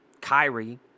Kyrie